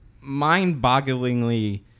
mind-bogglingly